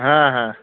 হ্যাঁ হ্যাঁ